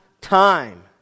time